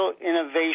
innovation